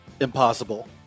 impossible